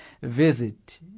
visit